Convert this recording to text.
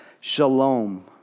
shalom